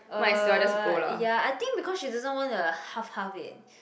uh ya I think because she doesn't want to half half it